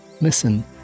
Listen